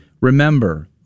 Remember